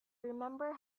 remember